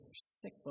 sick